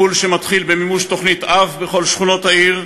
טיפול שמתחיל במימוש תוכנית-אב בכל שכונות העיר.